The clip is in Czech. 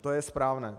To je správné.